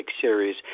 series